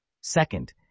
Second